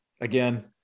Again